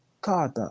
card